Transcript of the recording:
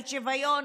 של שוויון,